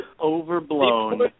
overblown